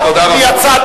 עם מי יצאת,